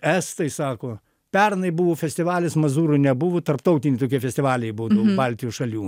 estai sako pernai buvo festivalis mazūro nebuvo tarptautiniai tokie festivaliai būdavo baltijos šalių